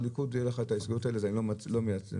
הליכוד ילך עם ההסתייגויות האלה ואני לא מייצג.